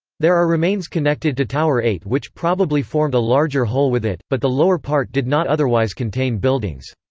there are remains connected to tower eight which probably formed a larger whole with it, but the lower part did not otherwise contain buildings.